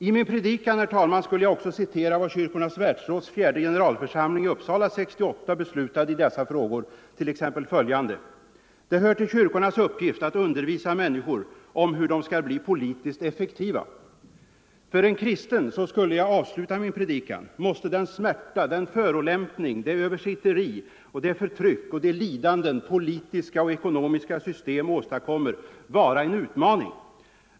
I min predikan, herr talman, skulle jag också citera vad Kyrkornas 137 världsråds fjärde generalförsamling i Uppsala 1968 beslutade i dessa frågor: ”Det hör till kyrkornas uppgift att undervisa människor om hur de skall bli politiskt effektiva.” För en kristen, så skulle jag avsluta min predikan, måste den smärta, den förolämpning, det översitteri, det förtryck samt de lidanden politiska och ekonomiska system åstadkommer vara en utmaning.